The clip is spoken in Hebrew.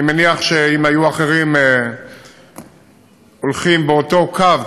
ואני מניח שאם היו אחרים הולכים באותו קו,